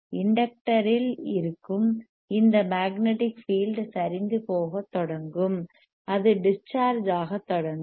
இண்டக்டர்யில் இருக்கும் இந்த magnetic field சரிந்து போகத் தொடங்கும் அது டிஸ் சார்ஜ் ஆக தொடங்கும்